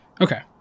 Okay